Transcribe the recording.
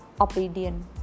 obedient